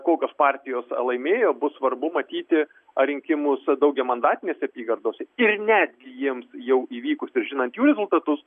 kokios partijos laimėjo bus svarbu matyti ar rinkimus daugiamandatinėse apygardose ir netgi jiems jau įvykus ir žinant jų rezultatus